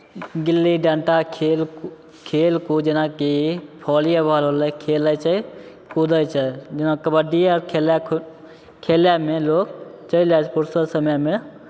गिल्ली डण्टा खेलकु खेलकूद जेनाकि भोलीएबॉल भेलै खेलै छै कूदै छै जेना कबड्डीए अर खेलय खु खेलयमे लोक चलि जाइ छै फुरसत समयमे